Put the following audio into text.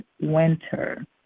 winter